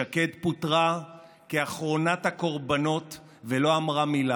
שקד פוטרה כאחרונת הקורבנות ולא אמרה מילה.